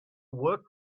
work